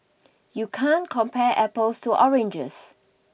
you can't compare apples to oranges